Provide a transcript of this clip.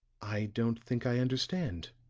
i don't think i understand.